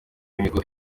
imihigo